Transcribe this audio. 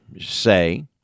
say